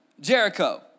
Jericho